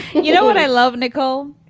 you know what, i love nicole